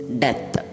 death